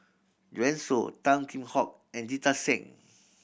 Joanne Soo Tan Kheam Hock and Jita Singh